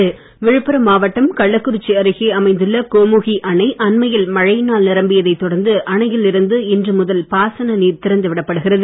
கோமுகி அணை விழுப்புரம் மாவட்டம் கள்ளக்குறிச்சி அருகே அமைந்துள்ள கோமுகி அணை அண்மையில் மழையினால் நிரம்பியதைத் தொடர்ந்து அணையில் இருந்து இன்றுமுதல் பாசன நீர் திறந்து விடப்படுகிறது